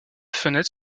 fenêtres